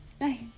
nice